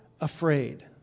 afraid